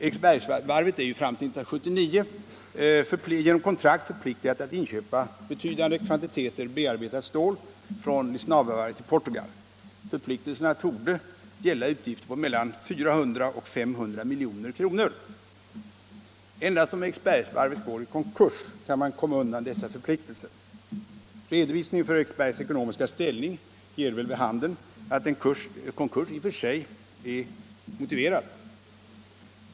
Eriksbergsvarvet är fram till 1979 genom kontrakt förpliktat att köpa betydande kvantiteter bearbetat stål från Lisnavevarvet i Portugal. Förpliktelserna torde gälla utgifter på mellan 400 och 500 milj.kr. Endast om Eriksbergsvarvet går i konkurs kan man komma undan dessa förpliktelser. Redovisningen för Eriksbergs ekonomiska ställning ger vid handen att en konkurs i och för sig kan vara motiverad.